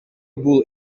бул